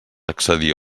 accedir